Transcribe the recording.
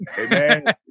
Amen